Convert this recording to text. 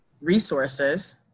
resources